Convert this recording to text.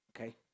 okay